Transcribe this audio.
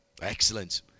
Excellent